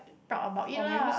proud about it lah